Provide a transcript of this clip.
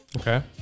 Okay